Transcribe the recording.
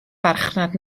farchnad